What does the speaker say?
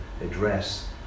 address